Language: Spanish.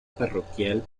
parroquial